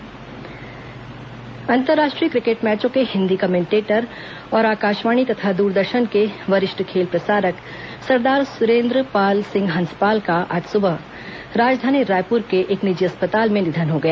हंसपाल निधन अंतर्राष्ट्रीय क्रिकेट मैचों के हिन्दी कमेन्टेटर और आकाशवाणी तथा दूरदर्शन के वरिष्ठ खेल प्रसारक सरदार सुरेन्द्र पाल सिंह हंसपाल का आज सुबह राजधानी रायपुर के एक निजी अस्पताल में निधन हो गया